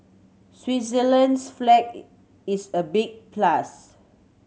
Switzerland's flag is a big plus